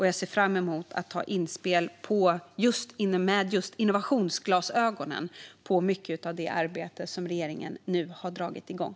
Jag ser fram emot inspel med just innovationsglasögonen på när det gäller mycket av det arbete som regeringen nu har dragit igång.